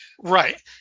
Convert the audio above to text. Right